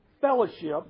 fellowship